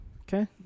Okay